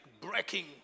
breaking